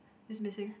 is missing